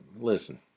listen